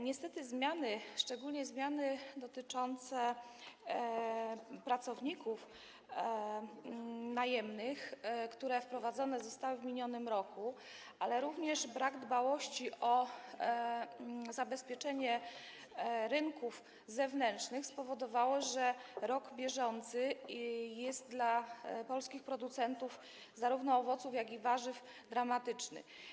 Niestety zmiany, szczególnie zmiany dotyczące pracowników najemnych, które zostały wprowadzone w minionym roku, ale również brak dbałości o zabezpieczenie rynków zewnętrznych spowodowały, że rok bieżący jest dla polskich producentów zarówno owoców, jak i warzyw dramatyczny.